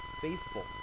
faithful